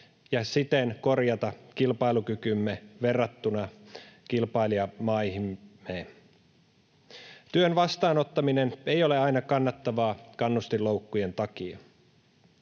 ja siten korjata kilpailukykyämme verrattuna kilpailijamaihimme. Työn vastaanottaminen ei ole aina kannattavaa kannustinloukkujen takia.